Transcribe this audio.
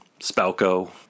Spalco